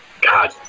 god